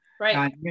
Right